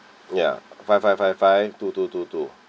ya five five five five two two two two